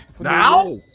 Now